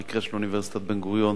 המקרה של אוניברסיטת בן-גוריון